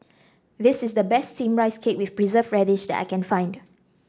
this is the best steamed Rice Cake with Preserved Radish that I can find